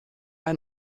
ein